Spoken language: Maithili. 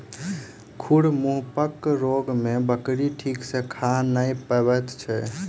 खुर मुँहपक रोग मे बकरी ठीक सॅ खा नै पबैत छै